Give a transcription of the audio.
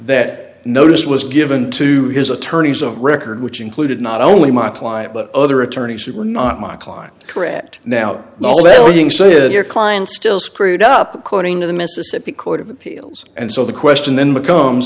that notice was given to his attorneys of record which included not only my client but other attorneys who were not my client correct now your client still screwed up according to the mississippi court of appeals and so the question then becomes